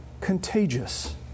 contagious